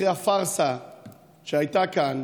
אחרי הפרסה שהייתה כאן,